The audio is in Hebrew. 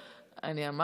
אני יכולה להפריע לך?